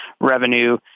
revenue